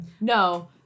No